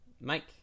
Mike